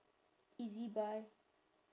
ezbuy